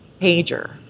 Pager